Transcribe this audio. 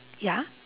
ya